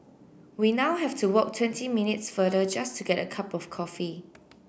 we now have to walk twenty minutes farther just to get a cup of coffee